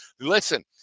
listen